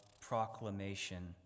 proclamation